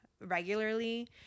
regularly